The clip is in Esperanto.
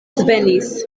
svenis